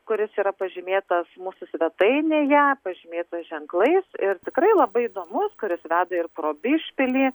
kuris yra pažymėtas mūsų svetainėje pažymėtas ženklais ir tikrai labai įdomus kuris veda ir pro bišpilį